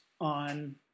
on